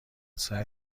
سعی